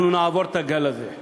אנחנו נעבור את הגל הזה.